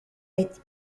est